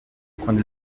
coins